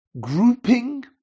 grouping